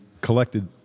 collected